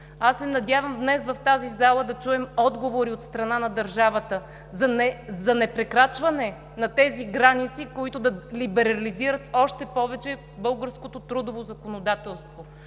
Аз се надявам днес в тази зала да чуем отговори от страна на държавата за непрекрачване на границите, които да либерализират още повече българското трудово законодателство,